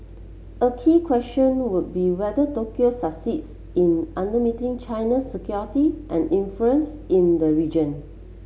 a key question would be whether Tokyo succeeds in under meeting China's security and influence in the region